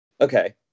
Okay